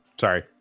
Sorry